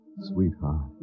sweetheart